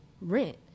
rent